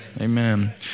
Amen